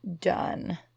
done